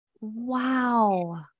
wow